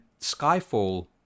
Skyfall